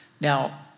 Now